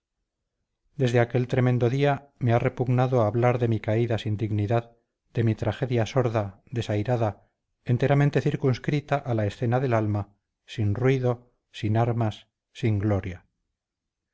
desde aquel tremendo día me ha repugnado hablar de mi caída sin dignidad de mi tragedia sorda desairada enteramente circunscrita a la escena del alma sin ruido sin armas sin gloria